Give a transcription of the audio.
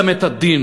גם את הדין.